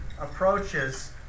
approaches